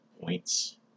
points